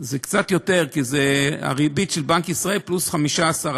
זה קצת יותר, כי זה הריבית של בנק ישראל פלוס 15%,